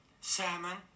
salmon